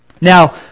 Now